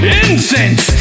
incense